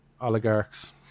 oligarchs